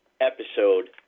episode